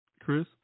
Chris